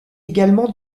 également